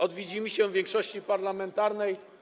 Od widzimisię większości parlamentarnej?